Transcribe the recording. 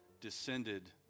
descended